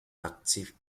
active